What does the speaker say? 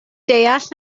deall